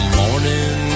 morning